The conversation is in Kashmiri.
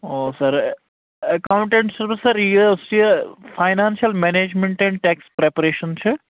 او سر ایٚکونٛٹنٹ چھُس بہٕ سر یہِ financial management and tax preparation چھِ